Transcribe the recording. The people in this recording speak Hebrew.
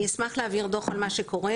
אני אשמח להעביר דוח על מה שקורה.